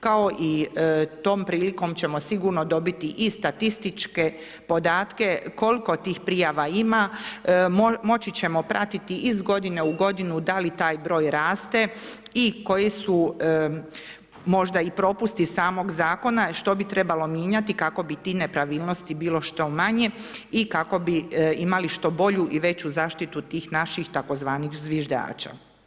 Kao i tom prilikom ćemo sigurno dobiti i statističke podatke koliko tih prijava ima, moći ćemo pratiti iz godine u godinu da li taj broj raste i koji su možda i propusti samog zakona što bi trebalo mijenjati kako bi tih nepravilnosti bilo što manje i kako bi imali što bolju i veću zaštitu tih naših tzv. zviždača.